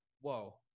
whoa